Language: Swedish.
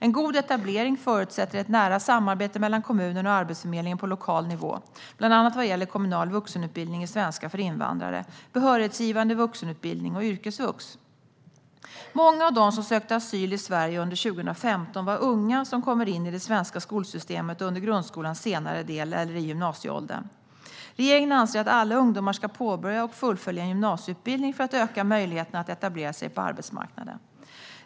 En god etablering förutsätter ett nära samarbete mellan kommunerna och Arbetsförmedlingen på lokal nivå, bland annat vad gäller kommunal vuxenutbildning i svenska för invandrare, behörighetsgivande vuxenutbildning och yrkesvux. Många av dem som sökte asyl i Sverige under 2015 var unga som kommer in i det svenska skolsystemet under grundskolans senare del eller i gymnasieåldern. Regeringen anser att alla ungdomar ska påbörja och fullfölja en gymnasieutbildning för att öka möjligheterna att etablera sig på arbetsmarknaden.